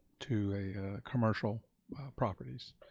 to a commercial properties,